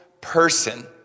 person